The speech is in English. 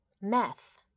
meth